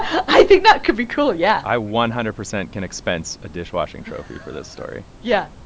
i think that could be cool, yeah i one hundred percent can expense a dishwashing trophy for this story yeah